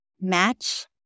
match